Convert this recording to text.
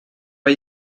gli